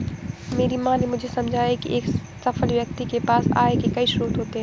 मेरी माँ ने मुझे समझाया की एक सफल व्यक्ति के पास आय के कई स्रोत होते हैं